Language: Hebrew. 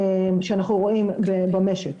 שאנחנו רואים במשק,